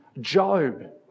Job